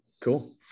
Cool